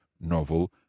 novel